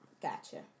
Gotcha